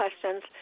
questions